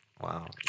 Wow